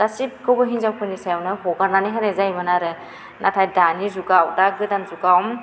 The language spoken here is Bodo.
गासिबखौबो हिन्जावफोरनि सायावनो हगारनानै होनाय जायोमोन आरो नाथाय दानि जुगआव दा गोदान जुगआव